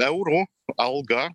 eurų algą